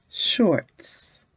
shorts